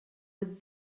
with